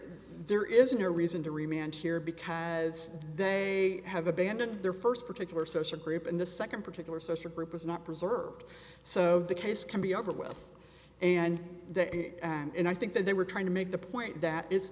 there is no reason to remain here because they have abandoned their first particular social group and the second particular social group is not preserved so the case can be over with and and i think that they were trying to make the point that i